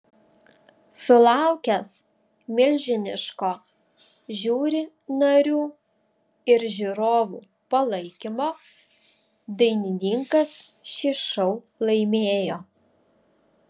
sulaukęs milžiniško žiuri narių ir žiūrovų palaikymo dainininkas šį šou laimėjo